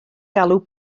galw